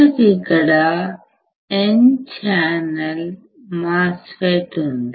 మనకు ఇక్కడ N ఛానల్మాస్ ఫెట్ ఉంది